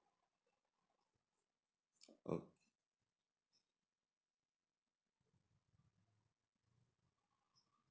o~